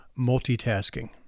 multitasking